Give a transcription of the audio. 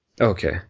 Okay